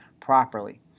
properly